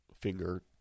Finger